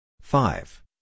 five